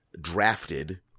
drafted